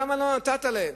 למה לא נתת להן?